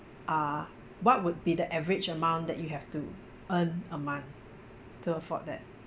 uh what would be the average amount that you have to earn a month to afford that